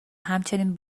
همچنین